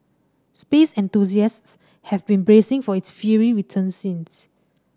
space enthusiasts have been bracing for its fiery return since